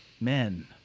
Men